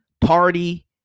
party